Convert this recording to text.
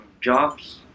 jobs